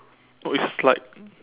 oh it's like